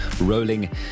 rolling